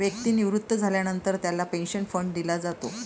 व्यक्ती निवृत्त झाल्यानंतर त्याला पेन्शन फंड दिला जातो